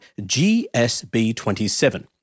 GSB27